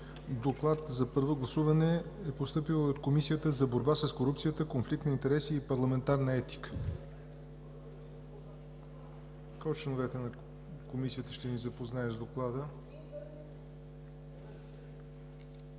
Доклад за първо гласуване е постъпил и от Комисията за борба с корупцията, конфликт на интереси и парламентарна етика. Кой от членовете на Комисията ще ни запознае с Доклада?